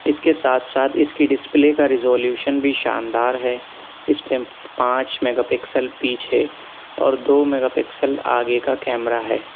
اس کے ساتھ ساتھ اس کی ڈسپلے کا ریزالیوشن بھی شاندار ہے اس پانچ میگا پکسل پیچھے اور دو میگا پکسل آگے کا کیمرہ ہے